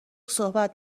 صحبت